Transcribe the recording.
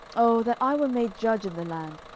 oh that i were made judge in the land,